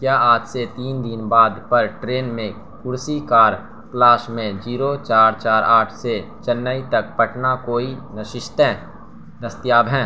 کیا آج سے تین دن بعد پر ٹرین میں کرسی کار کلاس میں زیرو چار چار آٹھ سے چنئی تک پٹنہ کوئی نشستیں دستیاب ہیں